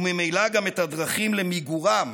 וממילא גם את הדרכים למיגורם